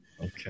Okay